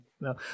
no